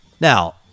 Now